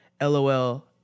LOL